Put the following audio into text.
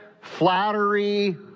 flattery